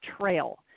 trail